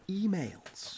emails